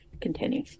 continue